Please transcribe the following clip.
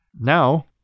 Now